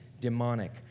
demonic